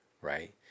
right